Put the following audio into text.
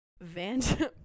Van